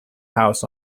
house